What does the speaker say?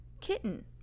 kitten